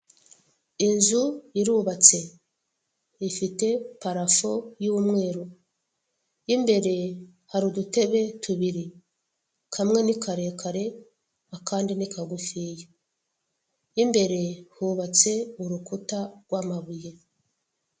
Inzu irubatse, ifite parafo y'umweru, imbere hari udutebe tubiri, kamwe ni karekare akandi ni kagufiya, imbere hubatse urukuta rw'amabuye.